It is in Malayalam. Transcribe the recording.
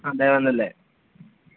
ആ ദേവാനന്ദല്ലേ